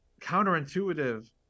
counterintuitive